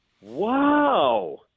Wow